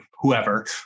whoever